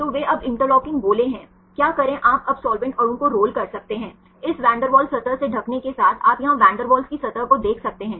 तो वे अब इंटरलॉकिंग गोले हैं क्या करें आप अब साल्वेंट अणु को रोल कर सकते हैं इस वैन डेर वाल्स सतह से ढकने के साथ आप यहां वैन डर वाल्स की सतह को देख सकते हैं